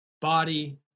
Body